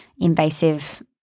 invasive